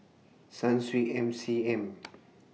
Sunsweet M C M